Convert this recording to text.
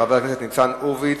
של חבר הכנסת ניצן הורוביץ.